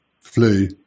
flu